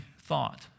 thought